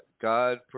God